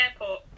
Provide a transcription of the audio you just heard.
Airport